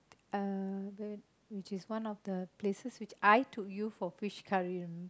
uh which which is one of the places which I took you for fish curry